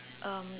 um